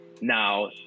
now